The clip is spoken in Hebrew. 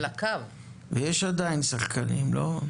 יש עדיין שחקנים, לא?